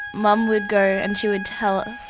mum would go and she would tell us,